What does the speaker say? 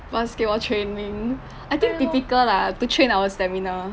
basketball training I think typical lah to train our stamina